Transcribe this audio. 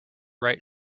write